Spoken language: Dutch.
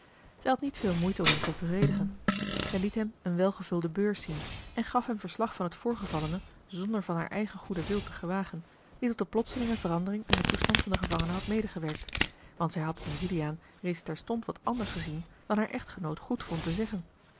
had niet veel moeite om hem te bevredigen zij liet hem eene welgevulde beurs zien en gaf hem verslag van het voorgevallene zonder van haar eigen goeden wil te gewagen die tot de plotselinge verandering in den toestand van den gevangene had medegewerkt want zij had in juliaan reeds terstond wat anders gezien dan haar echtgenoot goedvond te zeggen